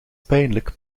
pijnlijk